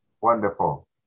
Wonderful